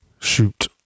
shoot